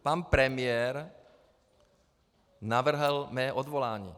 Pan premiér navrhl mé odvolání.